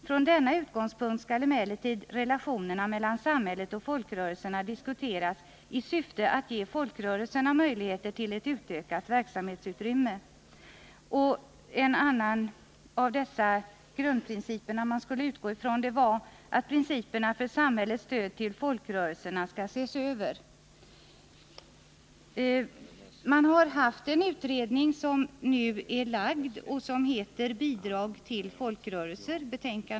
Från denna utgångspunkt skulle emellertid relationerna mellan samhället och folkrörelserna diskuteras i syfte att ge folkrörelserna möjligheter till ett utökat verksamhetsutrymme. En grundförutsättning som man skulle utgå ifrån var att principerna för samhällets stöd till folkrörelserna skulle ses över. En utredning har vidare arbetat. Dess betänkande heter Bidrag till folkrörelser.